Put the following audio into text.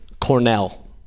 Cornell